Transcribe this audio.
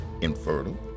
infertile